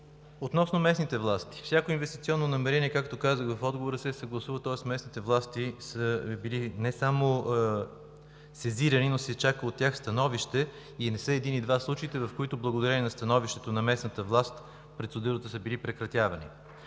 Относно местните власти, всяко инвестиционно намерение, както казах в отговора си, се съгласува, тоест местните власти са били не само сезирани, но се чака от тях становище. Не са един и два случаите, в които, благодарение на становището на местната власт, процедурите са били прекратявани.